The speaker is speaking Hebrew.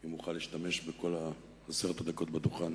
אם אני אוכל להשתמש בכל עשר הדקות מהדוכן,